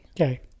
Okay